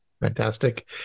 fantastic